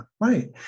right